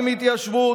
עם התיישבות,